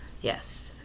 Yes